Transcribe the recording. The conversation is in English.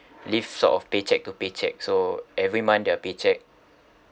live sort of paycheck to paycheck so every month their paycheck